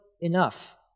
enough